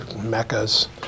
meccas